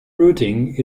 routing